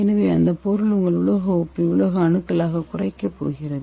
எனவே அந்த பொருள் உங்கள் உலோக உப்பை உலோக அணுக்களாகக் குறைக்கப் போகிறது